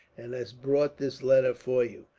and has brought this letter for you.